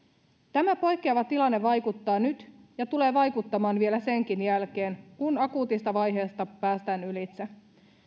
tämä poikkeava tilanne vaikuttaa nyt ja tulee vaikuttamaan vielä senkin jälkeen kun akuutista vaiheesta päästään ylitse